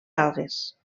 algues